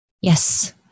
yes